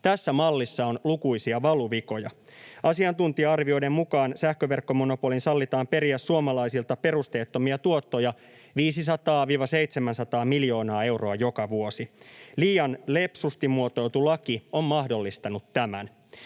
Tässä mallissa on lukuisia valuvikoja. Asiantuntija-arvioiden mukaan sähköverkkomonopolin sallitaan periä suomalaisilta perusteettomia tuottoja 500—700 miljoonaa euroa joka vuosi. Liian lepsusti muotoiltu laki on mahdollistanut tämän.